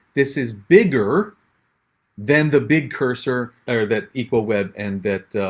this is bigger than the big cursor, or that equal web and that,